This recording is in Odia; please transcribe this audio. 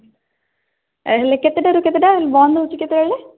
ହେଲେ କେତେଟାରୁ କେତେଟା ବନ୍ଦ ହେଉଛି କେତେବେଳେ